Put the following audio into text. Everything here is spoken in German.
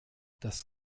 das